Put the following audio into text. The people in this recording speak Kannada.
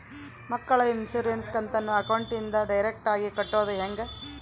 ಮಕ್ಕಳ ಇನ್ಸುರೆನ್ಸ್ ಕಂತನ್ನ ಅಕೌಂಟಿಂದ ಡೈರೆಕ್ಟಾಗಿ ಕಟ್ಟೋದು ಹೆಂಗ?